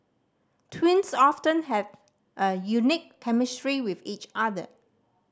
twins often have a unique chemistry with each other